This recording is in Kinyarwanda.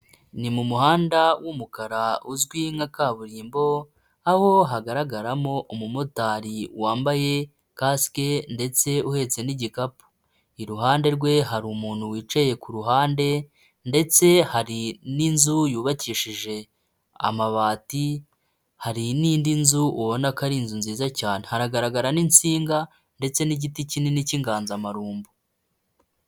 Ni mu muhanda w'umukara uzwi nka kaburimbo, aho hagaragaramo umumotari wambaye kasike ndetse uhetse n'igikapu. Iruhande rwe hari umuntu wicaye ku ruhande ndetse hari n'inzu yubakishije amabati, hari n'indi nzu ubona ko ari inzu nziza cyane. Haragaragara n'insinga ndetse n'igiti kinini cy'inganzamarumbu.